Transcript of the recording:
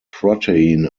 protein